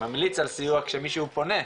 ממליץ על סיוע שמישהו פונה,